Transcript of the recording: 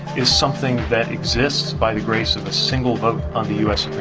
is something that exists by the grace of a single vote on the u s.